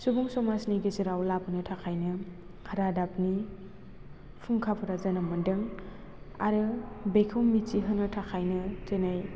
सुबुं समाजनि गेजेराव लाबोनो थाखायनो रादाबनि फुंखाफोरा जोनोम मोन्दों आरो बेखौ मिथिहोनो थाखायनो दिनै